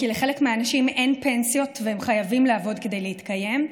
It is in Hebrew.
כי לחלק מהאנשים אין פנסיות והם חייבים לעבוד כדי להתקיים,